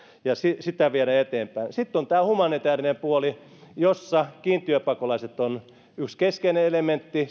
ja sitä pitää viedä eteenpäin sitten on tämä humanitäärinen puoli jossa kiintiöpakolaiset ovat yksi keskeinen elementti